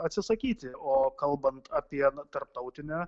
atsisakyti o kalbant apie na tarptautinę